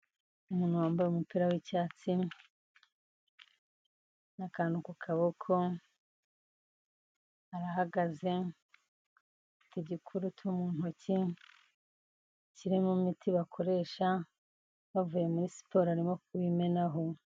Umuntu wambaye umupira w'icyatsi n'akantu ku kaboko, arahagaze, afite igikurutu mu ntoki kirimo imiti bakoresha bavuye muri siporo, arimo kuwimenaho.